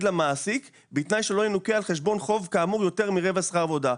למעסיק בתנאי שלא ינוכה על חשבון חוב כאמור יותר מרבע שכר עבודה.